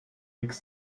nix